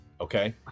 okay